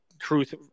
truth